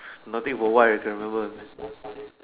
nothing for what is sensible